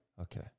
Okay